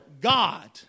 God